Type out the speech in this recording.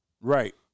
Right